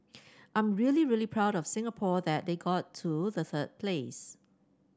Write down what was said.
I'm really really proud of Singapore that they got to the third place